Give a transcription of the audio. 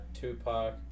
Tupac